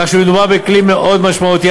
כך שמדובר בכלי מאוד משמעותי,